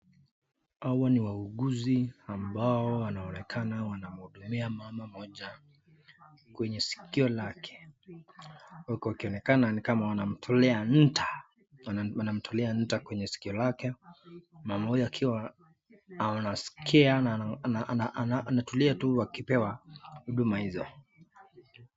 Hawa ni wauguzi ambao wanaonekana wanamuhudumia mama moja kwenye sikio lake, huku wakionekana nikama wanamtolea nta kwenye sikio lake, mama mmoja akiwa anaskia na anatulia tu akipewa huduma hizo.